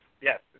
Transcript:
Yes